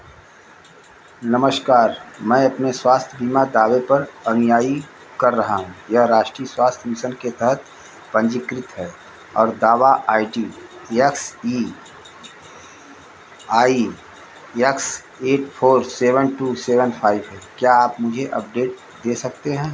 नमस्कार मैं अपने स्वास्थ्य बीमा दावे पर अनुयायी कर रहा हूँ यह राष्ट्रीय स्वास्थ्य मिसन के तहत पंजीकृत है और दावा I D X E I X eight four seven two seven five है क्या आप मुझे अपडेट दे सकते हैं